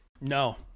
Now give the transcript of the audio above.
No